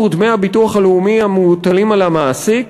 דמי הביטוח הלאומי המוטלים על המעסיק,